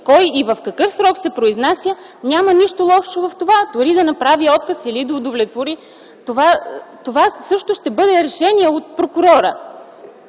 кой и в какъв срок се произнася, няма нищо лошо в това, дори да направи отказ или да удовлетвори. Това ще бъде решение на прокурора,